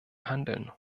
handeln